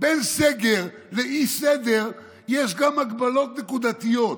בין סגר לאי-סגר יש גם הגבלות נקודתיות,